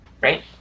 Right